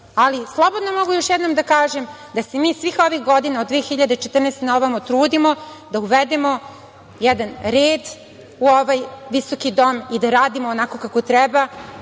ali slobodno mogu još jednom da kažem da se mi svih ovih godina od 2014. godine na ovamo trudimo da uvedemo jedan red u ovaj visoki dom i da radimo onako kako treba,